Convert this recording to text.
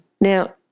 Now